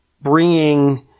bringing